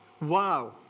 wow